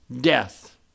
death